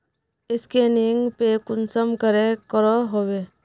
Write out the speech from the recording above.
Scanning पे कुंसम करे करो होबे?